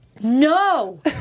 no